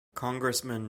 congressman